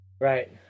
Right